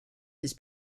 his